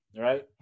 right